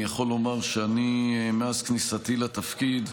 אני יכול לומר שאני, מאז כניסתי לתפקיד,